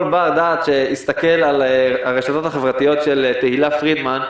כל בר דעת שהסתכל על הרשתות החברתיות של תהילה פרידמן,